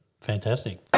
Fantastic